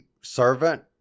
servant